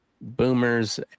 boomers